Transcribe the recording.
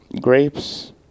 Grapes